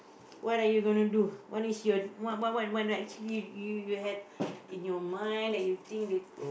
what are you gonna do what is your what what what what actually you you have in your mind that you think that